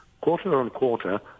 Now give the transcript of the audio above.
quarter-on-quarter